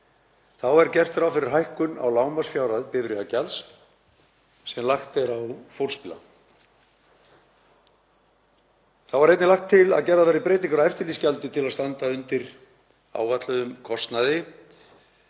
Þá er gert ráð fyrir hækkun á lágmarksfjárhæð bifreiðagjalds sem lagt er á fólksbíla. Þá er einnig lagt til að gerðar verði breytingar á eftirlitsgjaldi til að standa undir áætluðum kostnaði